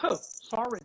sorry